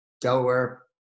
Delaware